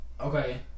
Okay